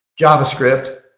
JavaScript